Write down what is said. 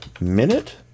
minute